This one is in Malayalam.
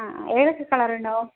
ആ ആ ഏതൊക്കെ കളറുണ്ടാവും